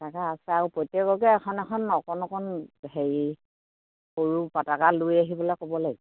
পতাকা আছে আৰু প্ৰত্যেককে এখন এখন অকণ অকণ হেৰি সৰু পতাক লৈ আহিবলে ক'ব লাগিব